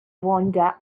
vonda